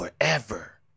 Forever